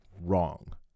wrong